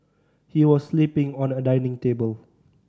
he was sleeping on a dining table